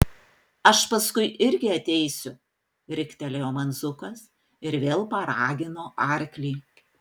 aš paskui irgi ateisiu riktelėjo man zukas ir vėl paragino arklį